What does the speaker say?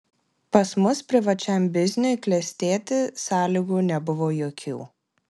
pas mus privačiam bizniui klestėti sąlygų nebuvo jokių